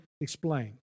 explain